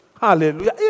Hallelujah